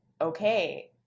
okay